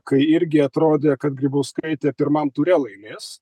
kai irgi atrodė kad grybauskaitė pirmam ture laimės